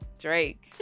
Drake